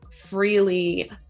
freely